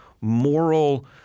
moral –